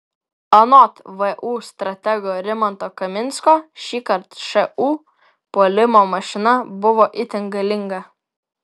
anot vu stratego rimanto kaminsko šįkart šu puolimo mašina buvo itin galinga